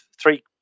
three